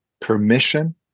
permission